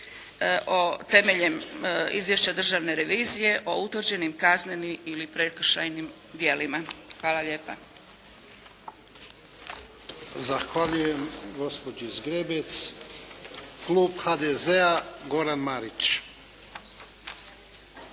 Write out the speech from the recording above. temeljem izvješća državne revizije o utvrđenim kaznenim ili prekršajnim djelima. Hvala lijepa. **Jarnjak, Ivan (HDZ)** Zahvaljujem gospođi Zgrebec. Klub HDZ-a Goran Marić.